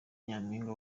nyampinga